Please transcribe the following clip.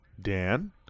Dan